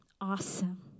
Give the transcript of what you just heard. Awesome